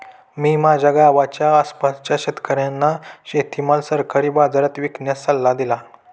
मी माझ्या गावाच्या आसपासच्या शेतकऱ्यांना शेतीमाल सरकारी बाजारात विकण्याचा सल्ला दिला